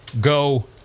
Go